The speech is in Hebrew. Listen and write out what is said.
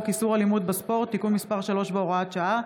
איסור אלימות בספורט (תיקון מספר 3 והוראת שעה),